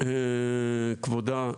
כבודה,